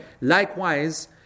Likewise